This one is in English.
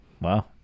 Wow